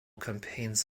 campaigns